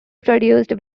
produced